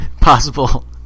possible